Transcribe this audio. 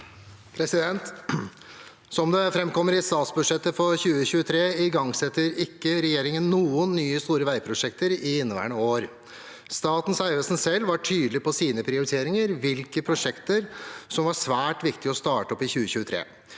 «Som det frem- kommer i statsbudsjettet for 2023 igangsetter ikke regjeringen noen nye store vegprosjekter i inneværende år. Statens vegvesen selv var tydelige på sine prioriteringer og hvilke vegprosjekter som var svært viktige å starte opp i 2023.